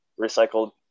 recycled